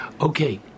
Okay